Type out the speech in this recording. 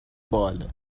باحاله